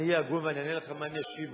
אני אהיה הגון ואענה לך מה הם ישיבו,